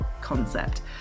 concept